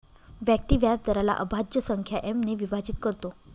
व्यक्ती व्याजदराला अभाज्य संख्या एम ने विभाजित करतो